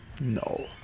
No